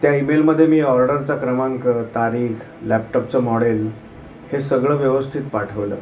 त्या ईमेलमध्ये मी ऑर्डरचा क्रमांक तारीख लॅपटॉपचं मॉडेल हे सगळं व्यवस्थित पाठवलं